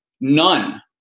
None